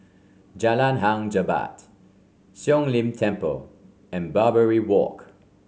Jalan Hang Jebat Siong Lim Temple and Barbary Walk